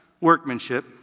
workmanship